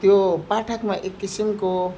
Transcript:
त्यो पाठकमा एक किसिमको